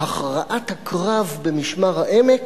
בהכרעת הקרב במשמר-העמק,